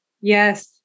Yes